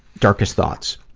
darkest thoughts.